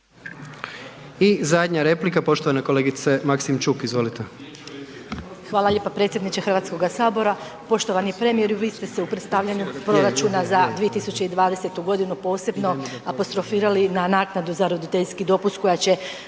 I zadnja replika poštovane kolegice Maksimčuk, izvolite. **Maksimčuk, Ljubica (HDZ)** Hvala lijepa predsjedniče HS. Poštovani premijeru, vi ste se u predstavljaju proračuna za 2020.g. posebno apostrofirali na naknadu za roditeljski dopust koja će